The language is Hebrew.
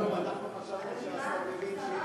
אז, אנחנו חשבנו שהשר מבין שיש